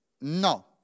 No